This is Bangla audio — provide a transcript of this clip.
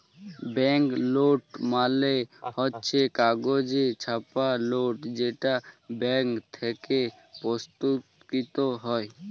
ব্যাঙ্ক লোট মালে হচ্ছ কাগজে ছাপা লোট যেটা ব্যাঙ্ক থেক্যে প্রস্তুতকৃত হ্যয়